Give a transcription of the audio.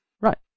Right